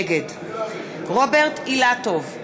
נגד רוברט אילטוב,